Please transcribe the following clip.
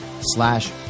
slash